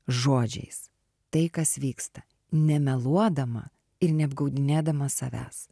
žodžiais tai kas vyksta nemeluodama ir neapgaudinėdama savęs